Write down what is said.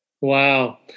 Wow